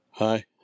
Hi